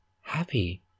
happy